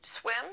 swim